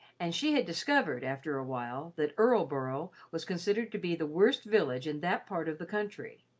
and she had discovered, after a while, that erleboro was considered to be the worst village in that part of the country.